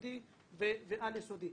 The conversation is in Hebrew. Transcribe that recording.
יסודי ועל-יסודי,